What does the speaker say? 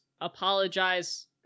apologize